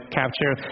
capture